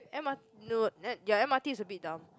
M_R no M~ ya M_R_T is a bit dumb